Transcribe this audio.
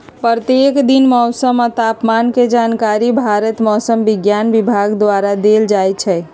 प्रत्येक दिन मौसम आ तापमान के जानकारी भारत मौसम विज्ञान विभाग द्वारा देल जाइ छइ